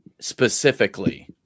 specifically